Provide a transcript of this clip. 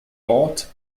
ort